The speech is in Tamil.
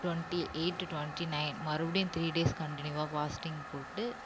டொண்ட்டி எயிட்டு டொண்ட்டி நைன் மறுபடியும் த்ரீ டேஸ் கன்டினியூவாக பாஸ்டிங் போட்டு